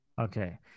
Okay